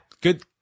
Good